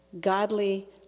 godly